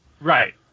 Right